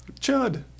Chud